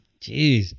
Jeez